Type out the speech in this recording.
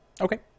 Okay